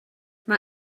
mae